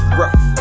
rough